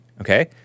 okay